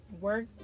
work